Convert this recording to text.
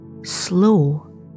slow